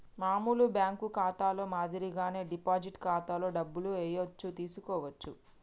మామూలు బ్యేంకు ఖాతాలో మాదిరిగానే డిపాజిట్ ఖాతాలో డబ్బులు ఏయచ్చు తీసుకోవచ్చు